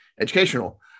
educational